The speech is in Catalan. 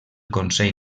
consell